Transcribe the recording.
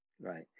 Right